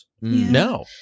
No